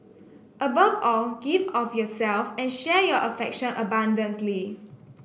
above all give of yourself and share your affection abundantly